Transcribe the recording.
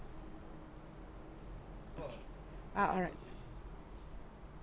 okay ah alright